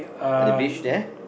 at the beach there